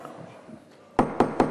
--- ושקרנית.